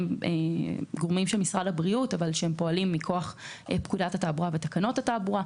גורמים של משרד הבריאות שפועלים מכוח פקודת התעבורה ותקנות התעבורה.